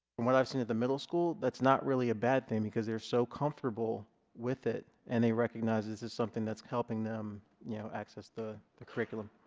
and what i've seen at the middle school that's not really a bad thing because they're so comfortable with it and they recognize this is something that's helping them you know access the the curriculum